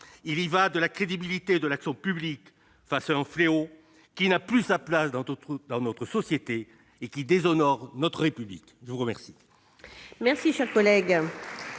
Il y va de la crédibilité de l'action publique contre un fléau qui n'a plus sa place dans notre société et qui déshonore notre République. La discussion